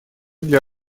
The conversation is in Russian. для